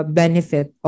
benefit